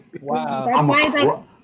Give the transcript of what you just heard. Wow